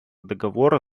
договора